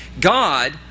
God